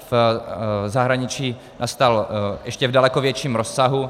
V zahraničí nastal v ještě daleko větším rozsahu.